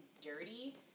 dirty